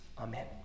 Amen